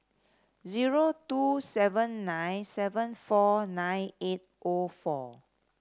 zero two seven nine seven four nine eight O four